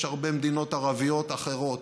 יש הרבה מדינות ערביות אחרות,